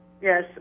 Yes